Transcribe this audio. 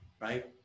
right